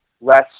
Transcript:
less